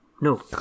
No